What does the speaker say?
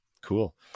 cool